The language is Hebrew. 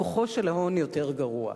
כוחו של ההון יותר גרוע.